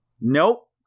Nope